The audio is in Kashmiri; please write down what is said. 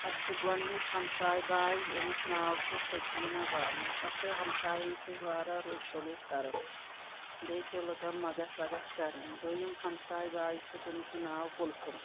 اَسہِ چھےٚ گۄڈٕنِچ ہمساے باے ییٚمِس ناو چھُ سکینا بانو سۄ چھےٚ ہمساین سۭتۍ واریاہ رُت سلوٗک کران بیٚیہِ چھےٚ لُکن مدد وَدد کَران دوٚیم ہمساے باے چھےٚ تٔمِس چھُ ناو کلسم